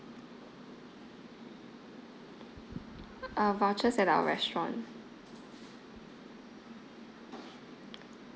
uh vouchers at our restaurant